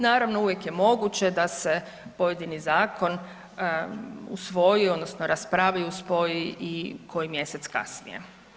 Naravno, uvijek je moguće da se pojedini zakon usvoji odnosno raspravi i usvoji koji mjesec kasnije.